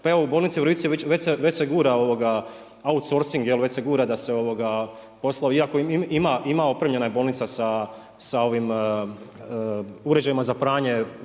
Pa evo u bolnici u Rici već se gura outsourcing, već se gura da se poslovi, iako ima opremljena je bolnica sa uređajima za pranje